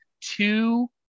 two